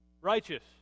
Righteous